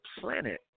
planet